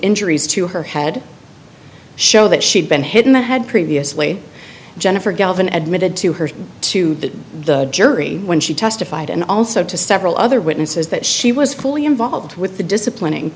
injuries to her head show that she had been hidden had previously jennifer galvin edited to her to the jury when she testified and also to several other witnesses that she was fully involved with the disciplining